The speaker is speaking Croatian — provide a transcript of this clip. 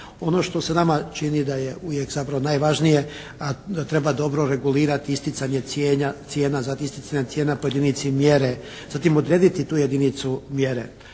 Ono što se nama čini da je uvijek zapravo najvažnije, a treba dobro regulirati isticanje cijena za …/Govornik se ne razumije./… cijena po jedinici mjere, zatim odrediti tu jedinicu mjere.